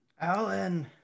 Alan